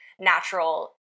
natural